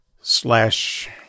slash